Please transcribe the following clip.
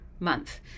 month